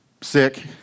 sick